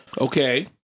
Okay